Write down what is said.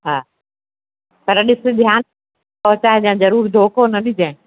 हा पर ॾिस ध्यानु पहुचाइजाइं जरूर धोखो न ॾिजइं